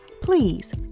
please